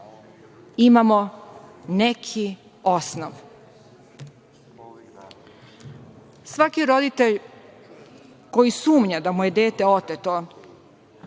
Imamo neki osnov."Svaki roditelj koji sumnja da mu je dete oteto